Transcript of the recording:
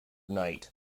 night